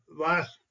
last